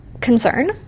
concern